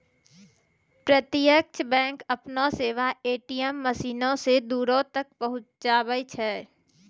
प्रत्यक्ष बैंक अपनो सेबा ए.टी.एम मशीनो से दूरो तक पहुचाबै छै